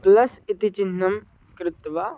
plus इति चिह्नं कृत्वा